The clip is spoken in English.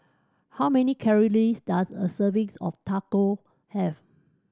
how many calories does a servings of Taco have